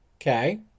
Okay